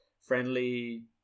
friendly